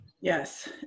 yes